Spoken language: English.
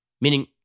meaning